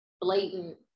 blatant